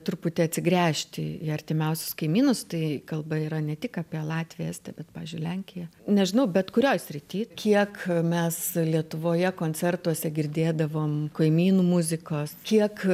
truputį atsigręžti į artimiausius kaimynus tai kalba yra ne tik apie latviją estiją bet pavyzdžiui lenkiją nežinau bet kurioj srity kiek mes lietuvoje koncertuose girdėdavom kaimynų muzikos kiek